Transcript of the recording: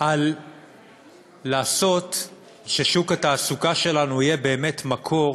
על לעשות ששוק התעסוקה שלנו יהיה באמת מקום